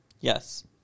Yes